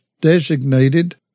designated